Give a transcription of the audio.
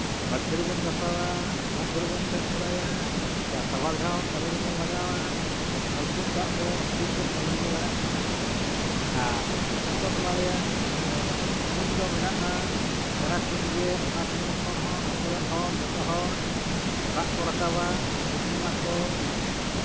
ᱵᱟᱹᱴᱤ ᱛᱷᱟᱹᱨᱤ ᱵᱚᱱ ᱜᱟᱥᱟᱣᱟ ᱚᱲᱟᱜ ᱫᱩᱣᱟᱹᱨ ᱵᱚᱱ ᱪᱷᱚᱸᱪ ᱪᱷᱚᱲᱟᱭᱟ ᱪᱟᱥ ᱟᱵᱟᱫ ᱨᱮᱦᱚᱸ ᱠᱟᱹᱢᱤ ᱨᱮᱵᱚᱱ ᱞᱟᱜᱟᱣᱟ ᱱᱚᱞᱠᱩᱯ ᱫᱟᱜ ᱫᱚ ᱟᱹᱰᱤ ᱩᱛᱟᱹᱨ ᱠᱟᱹᱢᱤ ᱨᱮᱜᱮ ᱞᱟᱜᱟᱜ ᱠᱟᱱᱟ ᱟᱨ ᱟᱛᱳ ᱴᱚᱞᱟ ᱨᱮ ᱮᱜ ᱠᱩᱧ ᱫᱚ ᱢᱮᱱᱟᱜᱼᱟ ᱥᱮᱬᱟ ᱠᱩᱧ ᱜᱮ ᱚᱱᱟ ᱠᱩᱧ ᱠᱷᱚᱱ ᱦᱚᱸ ᱟᱛᱳ ᱨᱮᱱ ᱦᱚᱲ ᱡᱚᱛᱚ ᱦᱚᱲ ᱫᱟᱜ ᱠᱚ ᱨᱟᱠᱟᱵᱟ ᱛᱩᱯᱩᱱᱟ ᱠᱚ